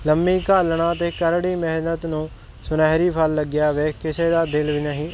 ਲੰਮੀ ਘਾਲਣਾ ਅਤੇ ਕਰੜੀ ਮਿਹਨਤ ਨੂੰ ਸੁਨਹਿਰੀ ਫਲ ਲੱਗਿਆ ਵਿਆ ਕਿਸੇ ਦਾ ਦਿਲ ਵੀ ਨਹੀਂ